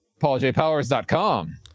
PaulJPowers.com